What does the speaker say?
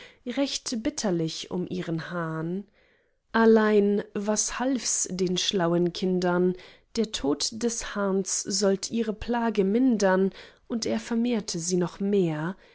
recht bitterlich um ihren hahn allein was halfs den schlauen kindern der tod des hahns sollt ihre plage mindern und er vermehrte sie noch mehr